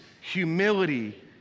humility